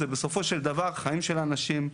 זה בסופו של דבר חיים של אנשים,